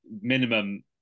minimum